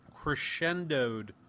crescendoed